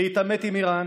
להתעמת עם איראן